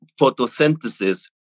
photosynthesis